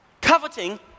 Coveting